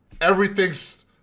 Everything's